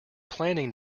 planning